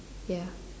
ya